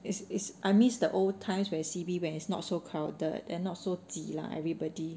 is is I miss the old times where C_B when it's not so crowded then not so 挤 lah everybody